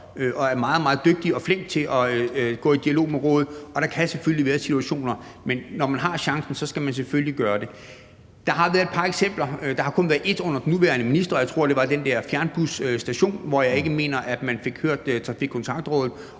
meget, meget dygtig og flink til at gå i dialog med rådet. Og der kan selvfølgelig være nogle særlige situationer, men når man har chancen, skal man selvfølgelig gøre det. Der har været et par eksempler. Der har kun været ét under den nuværende minister, og jeg tror, det var i forbindelse med den der fjernbusstation, at man ikke fik hørt Trafikkontaktrådet.